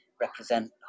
represent